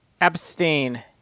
Abstain